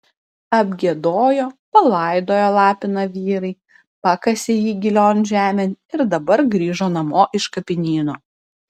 apgiedojo palaidojo lapiną vyrai pakasė jį gilion žemėn ir dabar grįžo namo iš kapinyno